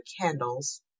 Candles